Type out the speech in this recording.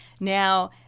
Now